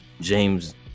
James